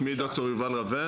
שמי דוקטור יובל רווה,